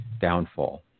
downfall